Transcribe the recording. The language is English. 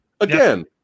Again